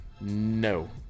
No